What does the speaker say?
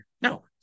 No